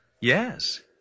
Yes